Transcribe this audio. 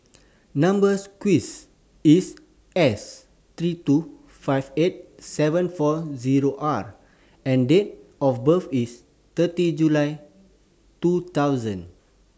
Number sequence IS S three two five eight seven four Zero R and Date of birth IS thirty July two thousand